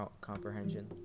comprehension